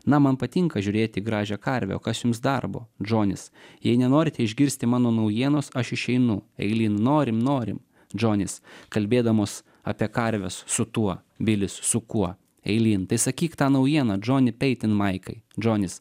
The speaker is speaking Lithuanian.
na man patinka žiūrėti į gražią karvę o kas jums darbo džonis jei nenorite išgirsti mano naujienos aš išeinu eilyn norim norim džonis kalbėdamos apie karves su tuo bilis su kuo eilyn tai sakyk tą naujieną džoni peitinmaikai džonis